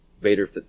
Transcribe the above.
Vader